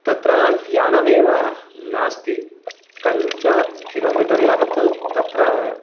तत्र यानमेव नास्ति पञ्च किलो मिटर् यावत् तत्र